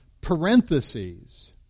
parentheses